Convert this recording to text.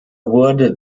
wurde